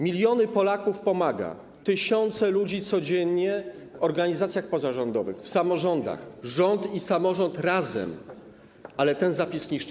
Miliony Polaków pomagają, tysiące ludzi codziennie w organizacjach pozarządowych, w samorządach, rząd i samorząd razem, ale ten zapis to niszczy.